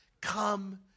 come